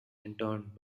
interned